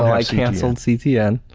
i cancelled ctn.